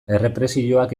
errepresioak